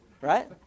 right